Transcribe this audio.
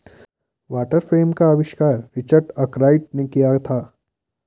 water frame का आविष्कार Richard Arkwright ने किया था